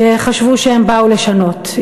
שחשבו שהם באו לשנות.